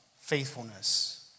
faithfulness